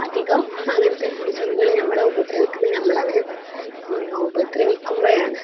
അധികം അങ്ങനത്തെ ജീവികള് നമ്മളെ ഉപദ്രവിക്കുന്നത് നമ്മള് അവരെ ഉപദ്രവിക്കുമ്പോഴാണ്